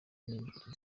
n’imbuto